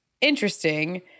interesting